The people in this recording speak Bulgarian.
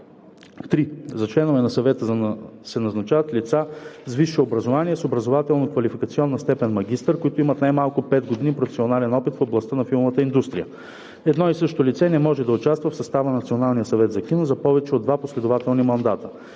(3) За членове на съвета се назначават лица с висше образование с образователно-квалификационна степен „магистър“, които имат най-малко 5 години професионален опит в областта на филмовата индустрия. Едно и също лице не може да участва в състава на Националния съвет за кино за повече от два последователни мандата.